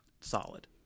solid